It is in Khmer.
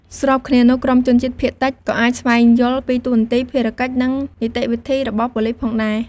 ស្របគ្នានោះ ក្រុមជនជាតិភាគតិចក៏អាចស្វែងយល់ពីតួនាទី ភារកិច្ច និងនីតិវិធីរបស់ប៉ូលិសផងដែរ។